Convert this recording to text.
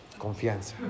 Confianza